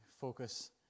focus